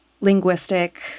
linguistic